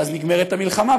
ואז נגמרת המלחמה,